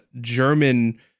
german